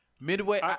Midway